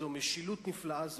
איזו משילות נפלאה זו.